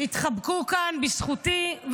התחבקו כאן בזכותי,